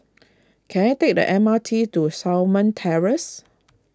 can I take the M R T to Shamah Terrace